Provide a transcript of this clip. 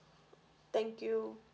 thank you